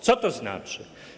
Co to znaczy?